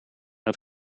het